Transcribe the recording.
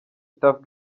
tuff